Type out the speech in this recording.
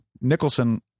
Nicholson